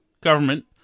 government